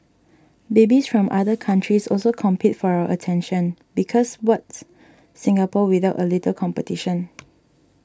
babies from other countries also compete for our attention because what's Singapore without a little competition